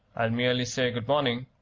i'll merely say good-morning,